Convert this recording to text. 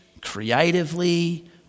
creatively